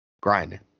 grinding